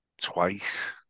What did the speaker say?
twice